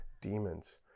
demons